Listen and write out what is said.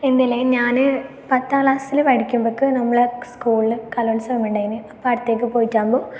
എന്തില് ഞാൻ പത്താം ക്ലാസ്സിൻ പടിക്കുമ്പക്ക് നമ്മളെ സ്കൂളിൽ കലോൽസവം ഉണ്ടായിന് അപ്പം അവിടത്തേക്ക് പോയിട്ടാകുമ്പോൾ